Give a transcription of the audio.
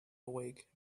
awake